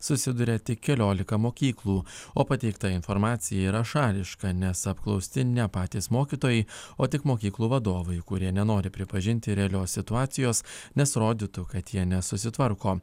susiduria tik keliolika mokyklų o pateikta informacija yra šališka nes apklausti ne patys mokytojai o tik mokyklų vadovai kurie nenori pripažinti realios situacijos nes rodytų kad jie nesusitvarko